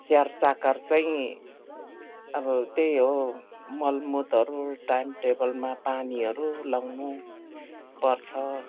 स्याहार चाकार चाहिँ अब त्यही हो मल मुतहरू टाइम टेबलमा पानीहरू लगाउनु पर्छ